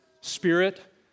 spirit